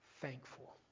thankful